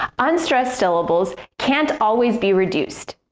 unstressed syllables can't always be reduced,